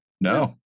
No